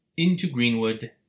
intogreenwood